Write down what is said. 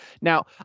Now